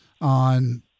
on